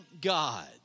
God